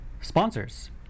Sponsors